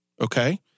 Okay